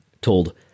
told